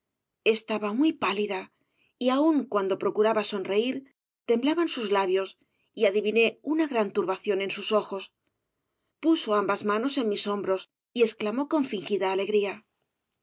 estaba muy pálida y aun cuando procuraba sonreír temblaban sus labios y adiviné una gran turbación en sus ojos puso ambas manos en mis hombros y exclamó con fingida alegría